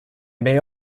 may